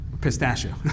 Pistachio